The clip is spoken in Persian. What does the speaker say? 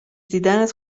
دیدنت